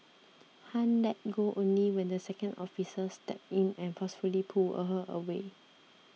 Han let go only when the second officer stepped in and forcefully pulled a her away